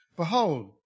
Behold